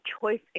choice